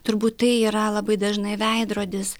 turbūt tai yra labai dažnai veidrodis